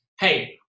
hey